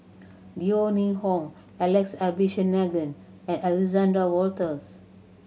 Yeo Ning Hong Alex Abisheganaden and Alexander Wolters